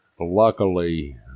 luckily